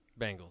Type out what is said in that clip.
Bengals